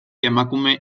emakume